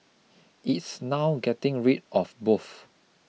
it's now getting rid of both